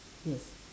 yes